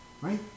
right